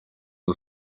uru